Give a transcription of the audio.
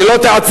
היא לא תיעצר.